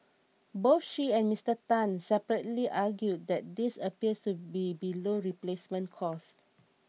both she and Mister Tan separately argued that this appears to be below replacement cost